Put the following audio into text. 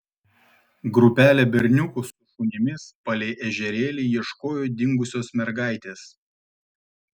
grupelė berniukų su šunimis palei ežerėlį ieškojo dingusios mergaitės